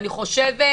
ואני חושבת